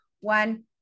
one